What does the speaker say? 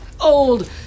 old